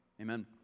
amen